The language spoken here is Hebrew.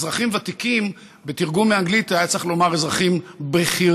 אזרחים ותיקים בתרגום מאנגלית היה צריך לומר אזרחים בכירים,